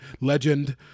Legend